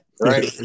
Right